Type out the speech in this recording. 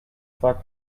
zack